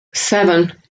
seven